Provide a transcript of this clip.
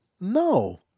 No